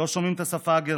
לא שומעים את השפה הגרמנית.